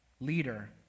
leader